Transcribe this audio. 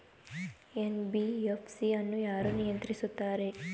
NBFC ಅನ್ನು ಯಾರು ನಿಯಂತ್ರಿಸುತ್ತಾರೆ?